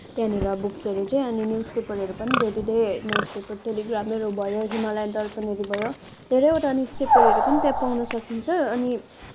त्यहाँनिर बुक्सहरू चाहिँ अनि न्युजपेपरहरू पनि डे टु डे न्युजपेपर टेलिग्राफहरू भयो हिमालय दर्पणहरू भयो धेरैवटा न्युजपेपरहरू पनि त्यहाँ पाउन सकिन्छ अनि